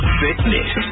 fitness